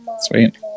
Sweet